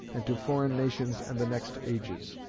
and to foreign nations and the next ages.